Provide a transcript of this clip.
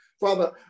Father